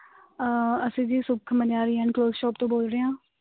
ਅਸੀਂ ਜੀ ਸੁੱਖ ਮਨਿਆਰੀ ਐਂਡ ਕਲੋਥ ਸ਼ੌਪ ਤੋਂ ਬੋਲ ਰਹੇ ਹਾਂ